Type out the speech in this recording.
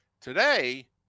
Today